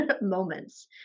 moments